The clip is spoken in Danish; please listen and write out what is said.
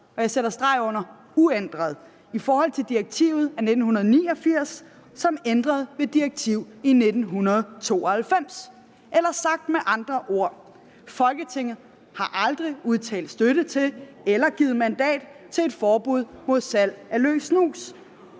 og jeg sætter streg under uændret, i forhold til direktivet af 1989 som ændret ved direktiv i 1992. Eller sagt med andre ord: Folketinget har aldrig udtalt støtte til eller givet mandat til et forbud mod salg af løs snus.